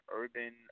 urban